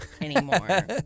anymore